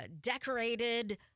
decorated